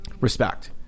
respect